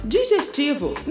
Digestivo